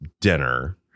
dinner